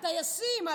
הטייסים,